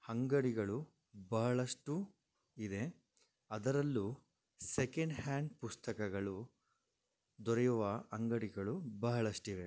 ಹಂಗಡಿಗಳು ಬಹಳಷ್ಟು ಇದೆ ಅದರಲ್ಲು ಸೆಕೆಂಡ್ ಹ್ಯಾಂಡ್ ಪುಸ್ತಕಗಳು ದೊರೆಯುವ ಅಂಗಡಿಗಳು ಬಹಳಷ್ಟಿವೆ